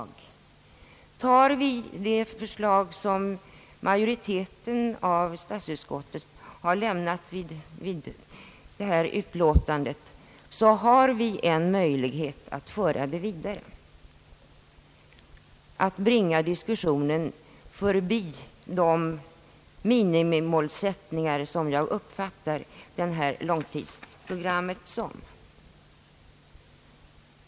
Godtar vi det förslag som utskottets majoritet här framlagt, så har vi en möjlighet att bringa diskussionen förbi de minimimålsättningar, som jag och utskottsmajoriteten uppfattar detta långtidsprogram.